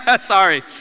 Sorry